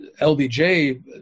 LBJ